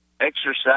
exercise